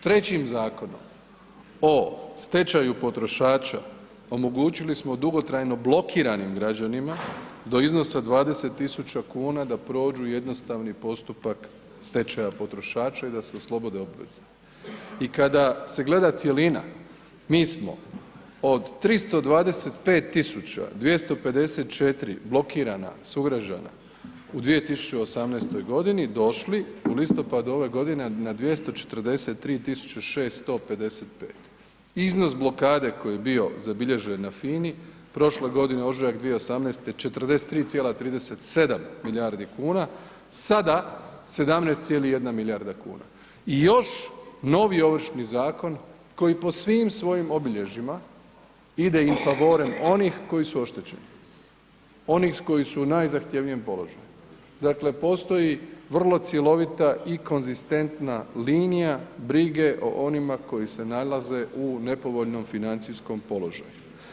Trećim Zakonom o stečaju potrošača omogućili smo dugotrajno blokiranim građanima do iznosa 20.000,00 kn da prođu jednostavni postupak stečaja potrošača i da se oslobode obveze i kada se gleda cjelina, mi smo od 325 254 blokirana sugrađana u 2018.g. došli u listopadu ove godine na 243 655, iznos blokade koji je bio zabilježen na FINA-i prošle godine, ožujak 2018. 43,37 milijardi kuna, sada 17,1 milijarda kuna i još novi Ovršni zakon koji po svim svojim obilježjima ide in favorem onih koji su oštećeni, onih koji su u najzahtjevnijem položaju, dakle postoji vrlo cjelovita i konzistentna linija brige o onima koji se nalaze u nepovoljnom financijskom položaju.